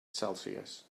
celsius